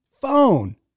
phone